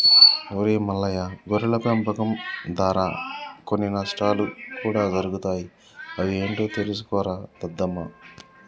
ఒరై మల్లయ్య గొర్రెల పెంపకం దారా కొన్ని నష్టాలు కూడా జరుగుతాయి అవి ఏంటో తెలుసుకోరా దద్దమ్మ